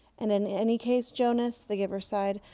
and in any case, jonas, the giver sighed,